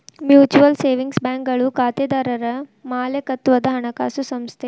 mutual savings ಬ್ಯಾಂಕ್ಗಳು ಖಾತೆದಾರರ್ ಮಾಲೇಕತ್ವದ ಹಣಕಾಸು ಸಂಸ್ಥೆ